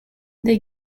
they